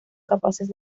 capaces